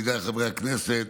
ידידי חברי הכנסת,